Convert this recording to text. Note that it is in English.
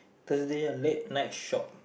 the late night shop